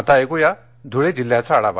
आता ऐकूया धुळे जिल्ह्याचा आढावा